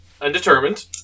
undetermined